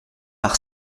par